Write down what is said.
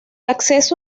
acceso